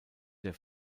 der